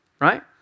right